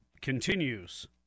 continues